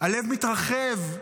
הלב מתרחב,